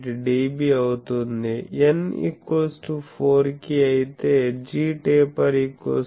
48 dBఅవుతుందిn 4 కి అయితే gtaper 9